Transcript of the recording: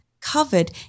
covered